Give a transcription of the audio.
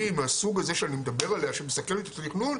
מהסוג הזה שאני מדבר עליה שמסכלת את התכנון,